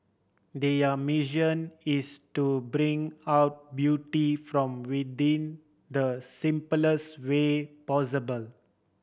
their mission is to bring out beauty from within the simplest way possible